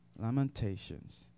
Lamentations